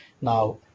Now